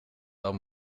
dat